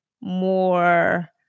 more